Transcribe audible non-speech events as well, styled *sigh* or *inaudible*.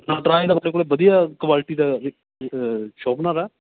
ਨਟਰਾਜ ਦਾ ਆਪਣੇ ਕੋਲ ਵਧੀਆ ਕੁਆਲਿਟੀ ਦਾ *unintelligible* ਸ਼ੋਪਨਰ ਹੈ